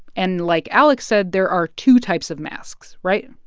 and like alex said, there are two types of masks, right?